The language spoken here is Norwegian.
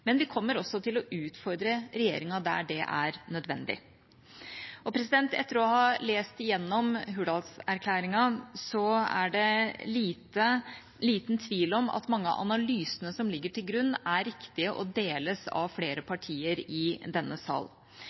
Men vi kommer også til å utfordre regjeringa der det er nødvendig. Etter å ha lest gjennom Hurdalsplattformen er det liten tvil om at mange av analysene som ligger til grunn, er riktige og deles av flere partier i denne sal,